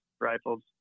rifles